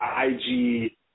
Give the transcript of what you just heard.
IG